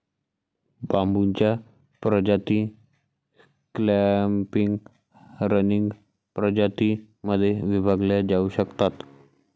बांबूच्या प्रजाती clumping, running प्रजातीं मध्ये विभागल्या जाऊ शकतात